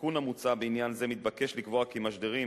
התיקון המוצע בעניין זה מבקש לקבוע כי משדרים,